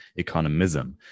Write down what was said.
economism